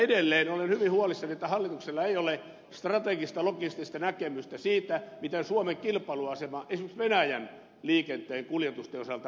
edelleen olen hyvin huolissani että hallituksella ei ole strategista logistista näkemystä siitä miten suomen kilpailuasema esimerkiksi venäjän liikenteen kuljetusten osalta raideliikenteessä hoidetaan